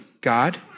God